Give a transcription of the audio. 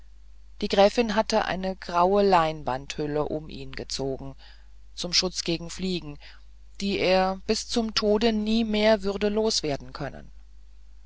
die gräfin hatte eine graue leinwandhülle um ihn gezogen zum schutz gegen fliegen die er bis zum tode nie mehr würde loswerden können